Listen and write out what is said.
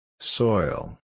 Soil